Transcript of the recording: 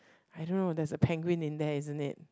I don't know there's a penguin in there isn't it